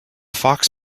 fox